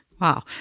Wow